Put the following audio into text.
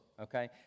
okay